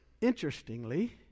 Interestingly